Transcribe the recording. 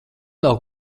nav